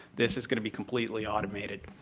this is going to be completely automated.